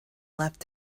left